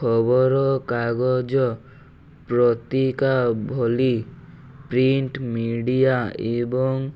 ଖବରକାଗଜ ପତ୍ରିକା ଭଳି ପ୍ରିଣ୍ଟ ମିଡିଆ ଏବଂ